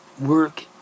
work